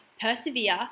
persevere